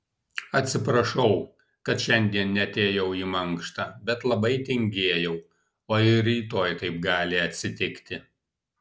atsiprašau kad šiandien neatėjau į mankštą bet labai tingėjau o ir rytoj taip gali atsitikti